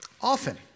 often